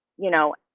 you know,